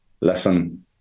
listen